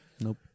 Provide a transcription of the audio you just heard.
nope